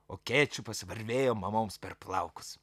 o kečupas varvėjo mamoms per plauks